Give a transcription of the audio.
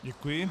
Děkuji.